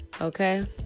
okay